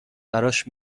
براش